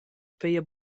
pia